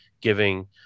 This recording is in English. giving